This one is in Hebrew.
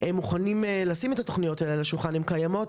מוכנים לשים את התוכניות האלה על השולחן הן קיימות,